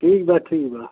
ठीक है ठीक है